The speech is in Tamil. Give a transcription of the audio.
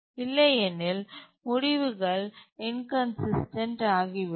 இல்லையெனில் முடிவுகள் இன்கன்சிஸ்டன்ட் ஆகிவிடும்